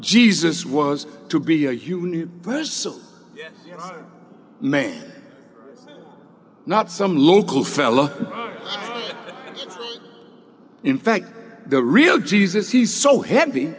jesus was to be a human person may not some local fellow in fact the real jesus he so h